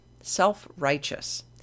self-righteous